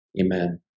Amen